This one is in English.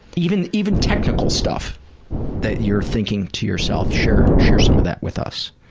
even even technical stuff that you're thinking to yourself, share share some of that with us.